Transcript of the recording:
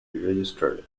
registered